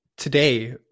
today